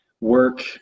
work